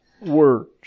words